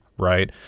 Right